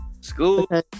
School